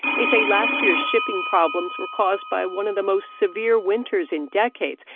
they say last year's shipping problems were caused by one of the most severe winters in decades.